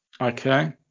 Okay